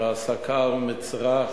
והסקה היא המצרך